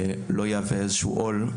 ולא יהווה איזשהו עול,